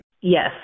Yes